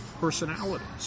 personalities